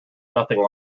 nothing